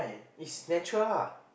is natural lah